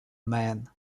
men